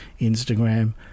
Instagram